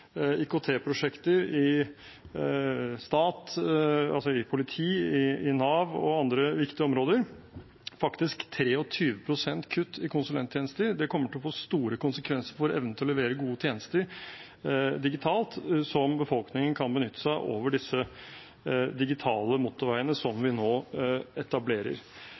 i staten, altså politi, Nav og andre viktige områder – faktisk 23 pst. kutt i konsulenttjenester. Det kommer til å få store konsekvenser for evnen til å levere gode tjenester digitalt som befolkningen kan benytte seg av over disse digitale motorveiene som vi nå etablerer.